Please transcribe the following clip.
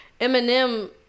Eminem